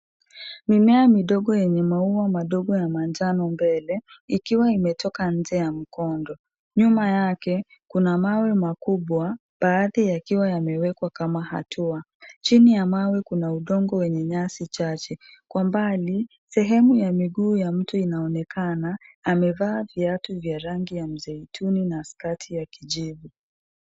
Mimea midogo yenye maua madogo ya manjano mbele, ikiwa imetoka nje ya mkondo. Nyuma yake kuna mawe makubwa, baadhi yakiwa yamewekwa kama hatua. Chini ya mawe kuna udongo wenye nyasi chache. Kwa mbali, sehemu ya miguu ya mtu inaonekana; amevaa viatu vya rangi ya mzaituni na sketi ya kijivu.